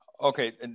Okay